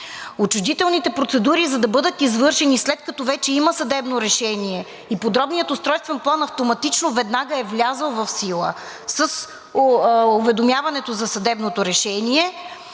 Отчуждителните процедури, за да бъдат извършени, след като вече има съдебно решение и подробният устройствен план автоматично веднага е влязъл в сила с уведомяването за съдебното решение,